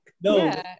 No